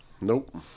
Nope